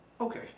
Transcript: Okay